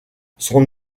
son